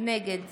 נגד